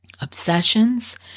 obsessions